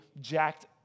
jacked